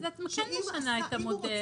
אז את כן משנה את המודל.